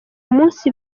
munsi